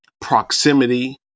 proximity